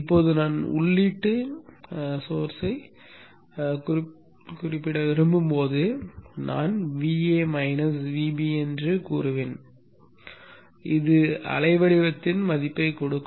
இப்போது நான் உள்ளீட்டு மூலத்தைக் குறிப்பிட விரும்பும் போது நான் Va minus Vb என்று கூறுவேன் இது அலைவடிவத்தின் மதிப்பைக் கொடுக்கும்